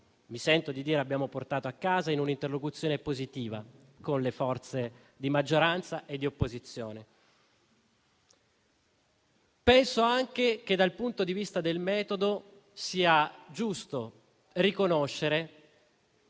mi sento di dire che abbiamo portato a casa, in un'interlocuzione positiva con le forze di maggioranza e di opposizione. Penso anche che, dal punto di vista del metodo, sia giusto riconoscere